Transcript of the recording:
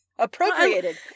appropriated